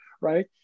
right